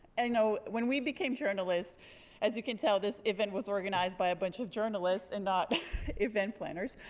i know when we became journalists as you can tell this event was organized by a bunch of journalists and not event planners.